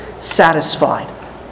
satisfied